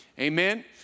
amen